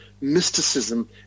mysticism